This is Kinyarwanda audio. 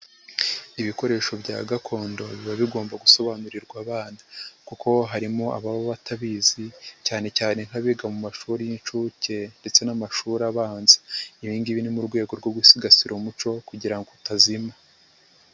Ibikoresho bya gakondo biba bigomba gusobanurirwa abana kuko harimo ababa batabizi cyane cyane nk'abiga mu mashuri y'inshuke ndetse n'amashuri abanza. Ibi ngib ni mu rwego rwo gusigasira umuco kugira ngo utazima.